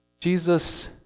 Jesus